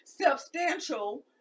Substantial